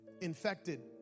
infected